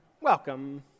welcome